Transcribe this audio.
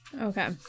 Okay